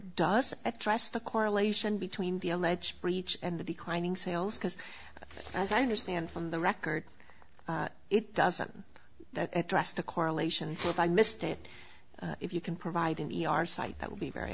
does address the correlation between the alleged breach and the declining sales because as i understand from the record it doesn't address the correlation so if i missed it if you can provide an e r site that would be very